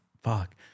fuck